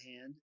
hand